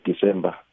December